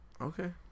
Okay